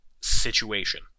situation